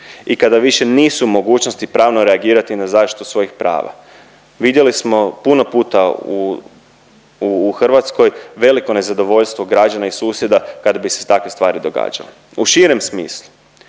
i kada više nisu u mogućnosti pravno reagirati na zaštitu svojih prava. Vidjeli smo puno puta u Hrvatskoj veliko nezadovoljstvo građana i susjeda kada bi se takve stvari događale. U širem smislu